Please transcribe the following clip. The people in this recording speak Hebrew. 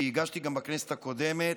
שהגשתי גם בכנסת הקודמת,